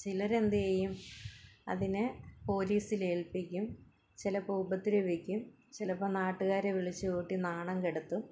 ചിലരെന്ത് ചെയ്യും അതിനെ പോലീസിൽ ഏൽപ്പിക്കും ചിലപ്പോൾ ഉപദ്രവിക്കും ചിലപ്പോൾ നാട്ടുകാരെ വിളിച്ചുകൂട്ടി നാണം കെടുത്തും